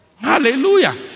hallelujah